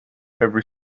every